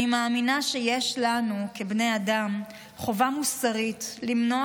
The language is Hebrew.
אני מאמינה שיש לנו כבני אדם חובה מוסרית למנוע